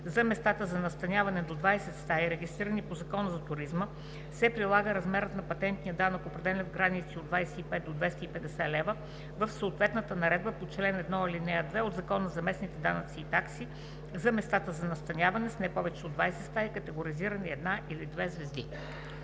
за местата за настаняване до 20 стаи, регистрирани по Закона за туризма, се прилага размерът на патентния данък, определен в границите от 25 до 250 лв. в съответната наредба по чл. 1, ал. 2 от Закона за местните данъци и такси за местата за настаняване с не повече от 20 стаи, категоризирани една или две звезди.“